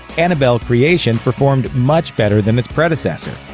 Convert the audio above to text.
annabelle creation performed much better than its predecessor,